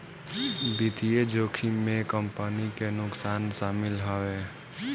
वित्तीय जोखिम में कंपनी के नुकसान शामिल हवे